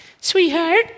Sweetheart